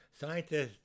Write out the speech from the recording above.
scientists